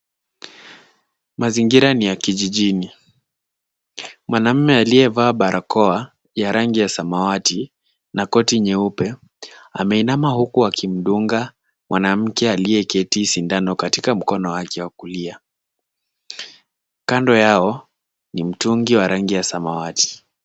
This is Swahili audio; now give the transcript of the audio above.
Mazingira ni ya kijijini. Mwanaume aliyevaa barakoa ya rangi ya samawati na koti nyeupe ameinama huku akimdunga mwanamke aliyeketi sindano katika mkono wake wa kulia. Kando yao ni mtungi wa rangi ya samawati.